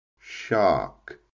shark